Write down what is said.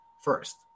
First